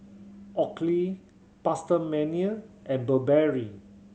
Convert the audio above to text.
Oakley PastaMania and Burberry